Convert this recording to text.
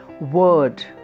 word